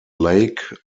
lake